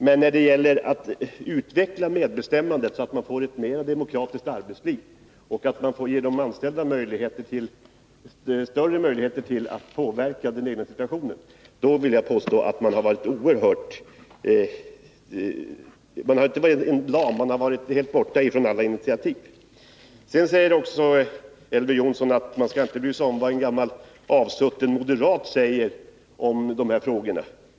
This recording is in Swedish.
Men när det gäller att utveckla medbestämmandet, så att arbetslivet blir mer demokratiskt och de anställda ges större möjligheter att påverka den egna situationen, då påstår jag att folkpartiet inte har tagit några som helst initiativ. Elver Jonsson säger vidare att man inte skall bry sig om vad en gammal avsutten moderat säger i dessa frågor.